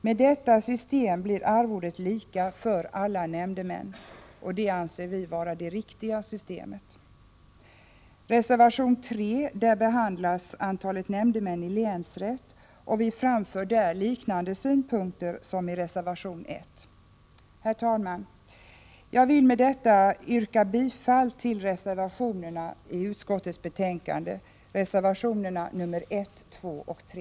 Med detta system blir arvodet lika för alla nämndemän, och det anser vi vara det riktiga systemet. I reservation 3 behandlas antalet nämndemän i länsrätt, och vi framför där liknande synpunkter som i reservation 1. Herr talman! Jag vill med detta yrka bifall till reservationerna 1, 2 och 3 i utskottets betänkande.